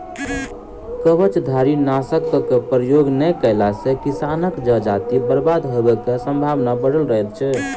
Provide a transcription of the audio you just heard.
कवचधारीनाशकक प्रयोग नै कएला सॅ किसानक जजाति बर्बाद होयबाक संभावना बढ़ल रहैत छै